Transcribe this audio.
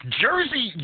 Jersey